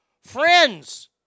Friends